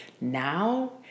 now